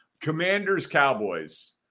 Commanders-Cowboys